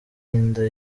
inda